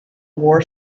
war